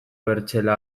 bertzela